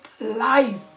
Life